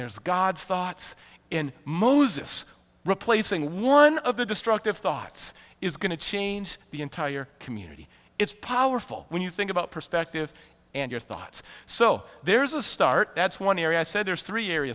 there's god's thoughts in moses replacing one of the destructive thoughts is going to change the entire community it's powerful when you think about perspective and your thoughts so there's a start that's one area i said there's three area